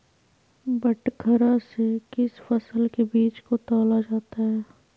बटखरा से किस फसल के बीज को तौला जाता है?